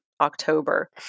October